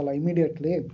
immediately